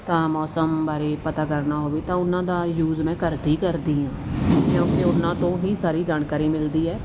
ਤਾਂ ਮੌਸਮ ਬਾਰੇ ਪਤਾ ਕਰਨਾ ਹੋਵੇ ਤਾਂ ਉਨ੍ਹਾਂ ਦਾ ਯੂਜ ਮੈਂ ਕਰਦੀ ਕਰਦੀ ਹਾਂ ਕਿਉਂਕਿ ਉਨ੍ਹਾਂ ਤੋਂ ਹੀ ਸਾਰੀ ਜਾਣਕਾਰੀ ਮਿਲਦੀ ਹੈ